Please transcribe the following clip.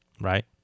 right